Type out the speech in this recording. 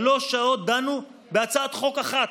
שלוש שעות דנו בהצעת חוק אחת,